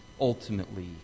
ultimately